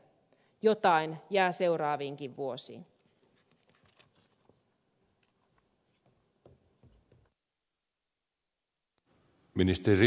jotain jää seuraaviinkin vuosiin